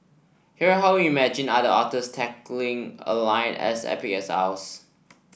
here are how we imagined other authors tackling a line as epic as